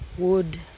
Wood